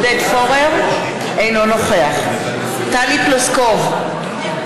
אינו נוכח טלי פלוסקוב, אינה